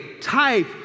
type